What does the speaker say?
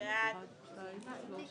1 לא נתקבלה.